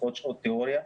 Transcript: פחות שעות תאוריה,